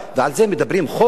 ועל זה מדברים חוק?